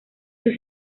sus